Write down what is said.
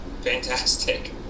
Fantastic